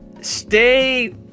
stay